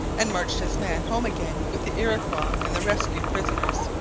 and marched his men home again with the iroquois and the rescued prisoners.